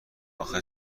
آخه